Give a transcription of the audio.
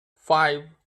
five